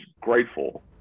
grateful